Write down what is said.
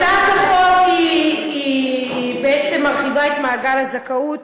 הצעת החוק בעצם מרחיבה את מעגל הזכאות